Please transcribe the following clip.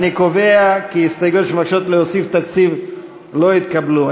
אני קובע כי ההסתייגויות שמבקשות להוסיף תקציב לא התקבלו.